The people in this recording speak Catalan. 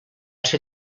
ser